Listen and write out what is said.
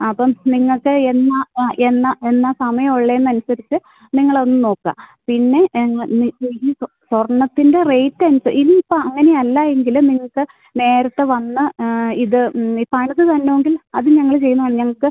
അപ്പം നിങ്ങൾക്ക് എന്നാ ആ എന്നാ എന്നാ സമയം ഉള്ളതെന്ന് അനുസരിച്ച് നിങ്ങളും ഒന്ന് നോക്കുക പിന്നെ ഞങ്ങൾ നീ സ്വർണ്ണത്തിൻ്റ റേറ്റ് അനുസരിച്ച് ഇനി ഇപ്പം അങ്ങനെ അല്ല എങ്കിൽ നിങ്ങൾക്ക് നേരത്തെ വന്ന് ഇത് പണിത് തരണമെങ്കിൽ അത് ഞങ്ങൾ ചെയ്യുന്നതാണ് ഞങ്ങൾക്ക്